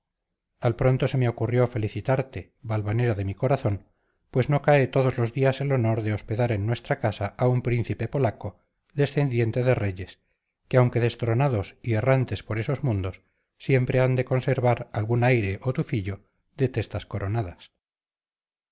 al pronto se me ocurrió felicitarte valvanera de mi corazón pues no cae todos los días el honor de hospedar en nuestra casa a un príncipe polaco descendiente de reyes que aunque destronados y errantes por esos mundos siempre han de conservar algún aire o tufillo de testas coronadas